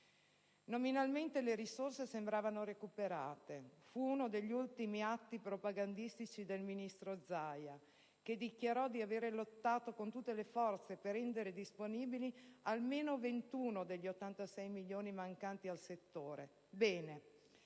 Nominalmente le risorse sembravano recuperate. Fu uno degli ultimi atti propagandistici del ministro Zaia, che dichiarò di aver lottato con tutte le forze per rendere disponibili almeno 21 degli 86 milioni di euro mancanti al settore.